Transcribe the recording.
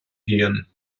gehen